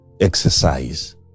exercise